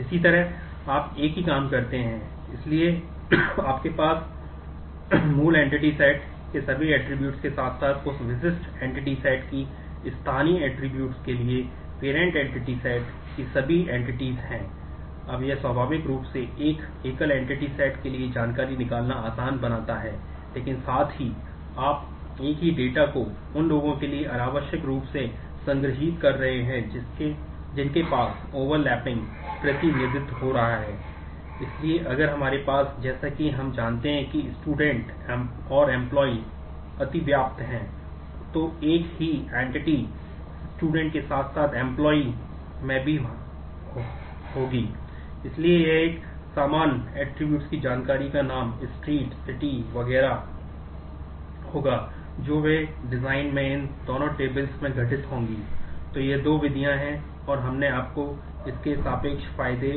इसी तरह आप एक ही काम करते हैं इसलिए आपके पास मूल एंटिटी सेट में घटित होंगी तो ये दो विधियाँ हैं और अब हमने आपको इसके सापेक्ष फायदे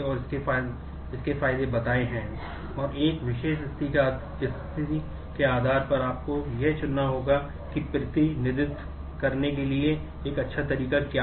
और इसके फायदे बताए हैं और एक विशेष स्थिति के आधार पर आपको यह चुनना होगा कि प्रतिनिधित्व करने के लिए एक अच्छा तरीका क्या है